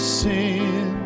sin